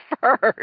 first